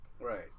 right